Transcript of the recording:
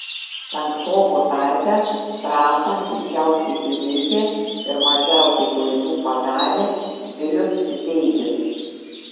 penktokų tarpe trasą greičiausiai įveikė ir mažiausiai klaidų padarė vilius zeigis